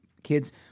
Kids